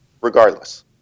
regardless